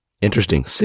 interesting